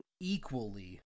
equally